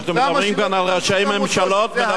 אנחנו מדברים כאן על ראשי ממשלות.